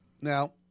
Now